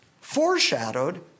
foreshadowed